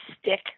stick